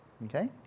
Okay